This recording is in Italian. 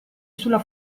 sulla